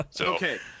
Okay